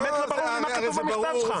באמת לא ברור לי מה כתוב במכתב שלך.